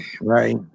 right